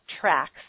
tracks